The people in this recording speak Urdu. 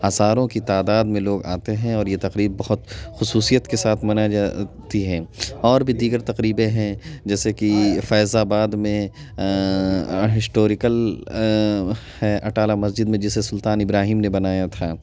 ہزاروں کی تعداد میں لوگ آتے ہیں اور یہ تقریب بہت خصوصیت کے ساتھ منائی جاتی ہے اور بھی دیگر تقریبیں ہیں جیسے کہ فیض آباد میں ہسٹوریکل ہے اٹالہ مسجد میں جسے سلطان ابراہیم نے بنایا تھا